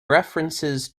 references